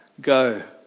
Go